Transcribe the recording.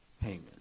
payment